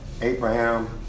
Abraham